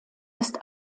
ist